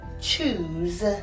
choose